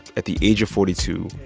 at the age of forty two,